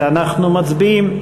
ואנחנו מצביעים.